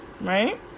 right